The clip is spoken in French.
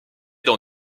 dans